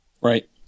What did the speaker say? Right